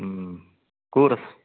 ক'ত আছ